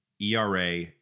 ERA